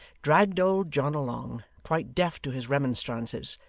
dragged old john along, quite deaf to his remonstrances,